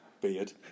Beard